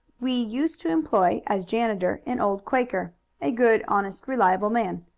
we used to employ as janitor an old quaker a good, honest, reliable man.